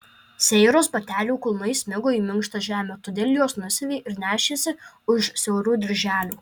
seiros batelių kulnai smigo į minkštą žemę todėl juos nusiavė ir nešėsi už siaurų dirželių